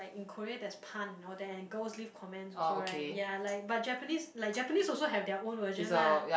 like in Korea there's pann all that and girls leave comments also right ya like but Japanese like Japanese also have their own version lah